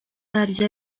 ndya